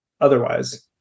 otherwise